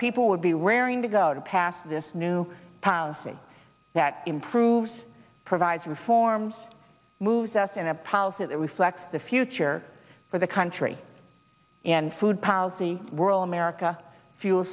people would be raring to go to pass this new policy that improves provides reforms moves us in a policy that reflects the future for the country and food policy world america fuel